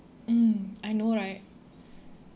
mm I know right